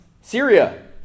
Syria